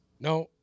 No